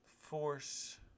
force